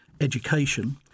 education